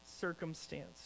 circumstance